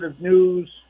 news